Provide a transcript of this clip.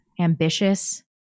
ambitious